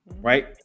Right